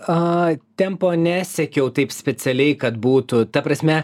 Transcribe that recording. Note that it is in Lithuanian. a tempo nesiekiau taip specialiai kad būtų ta prasme